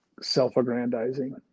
self-aggrandizing